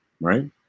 right